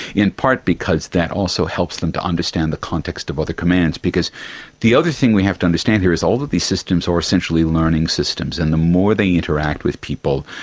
in part because that also helps them to understand the context of other commands, because the other thing we have to understand here is all of these systems are essentially learning systems, and the more they interact with people,